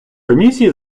комісії